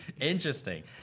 interesting